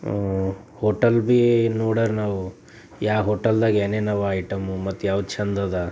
hotel ಭೀ ನೋಡರಿ ನಾವು ಯಾ ಹೋಟಲ್ದಾಗ ಏನೇನಿವೆ ಐಟಮು ಮತ್ತೆ ಯಾವ್ದು ಚೆಂದಿದೆ